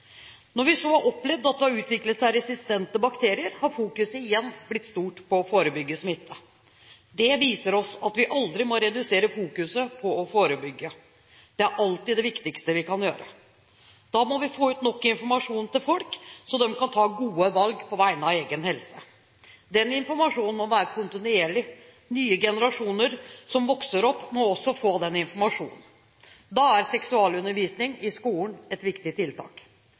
Når vi så har opplevd at det har utviklet seg resistente bakterier, har fokuset igjen blitt stort på å forebygge smitte. Det viser oss at vi aldri må redusere fokuset på å forebygge. Det er alltid det viktigste vi kan gjøre. Da må vi få ut nok informasjon til folk, så de kan ta gode valg på vegne av egen helse. Den informasjonen må gis kontinuerlig – nye generasjoner som vokser opp, må også få den informasjonen. Da er seksualundervisning i skolen et viktig tiltak.